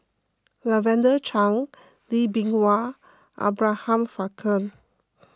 Lavender Chang Lee Bee Wah Abraham Frankel